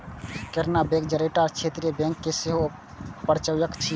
Canara bank चारिटा क्षेत्रीय bank के सेहो प्रायोजक छियै